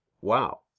Wow